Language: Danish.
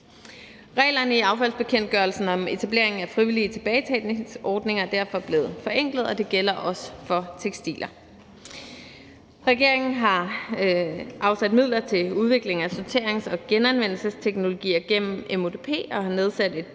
Reglerne i affaldsbekendtgørelsen om etableringen af frivillige tilbagetagningsordninger er derfor blevet forenklede, og det gælder også for tekstiler. Regeringen har afsat midler til udviklingen af sorterings- og genanvendelsesteknologier gennem MUDP og har nedsat et